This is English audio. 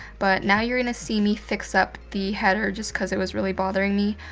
but now you're going to see me fix up the header, just cause it was really bothering me.